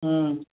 हुँ